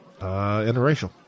interracial